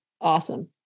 awesome